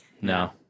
No